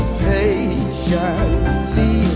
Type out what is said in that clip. patiently